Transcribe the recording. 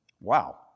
Wow